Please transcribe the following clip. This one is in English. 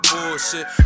bullshit